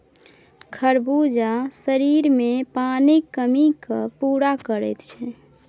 खरबूजा शरीरमे पानिक कमीकेँ पूरा करैत छै